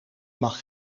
mag